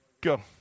Go